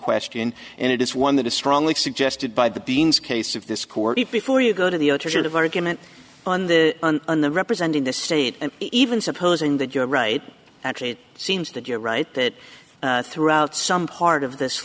question and it is one that is strongly suggested by the beans case of this court before you go to the alternative argument on the on the representing the state and even supposing that you're right actually it seems that you're right that throughout some part of this